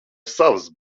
savas